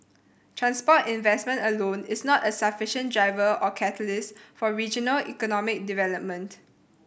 transport investment alone is not a sufficient driver or catalyst for regional economic development